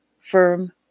firm